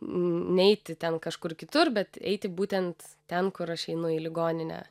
neiti ten kažkur kitur bet eiti būtent ten kur aš einu į ligoninę